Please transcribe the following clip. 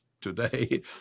today